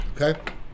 okay